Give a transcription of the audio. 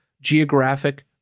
geographic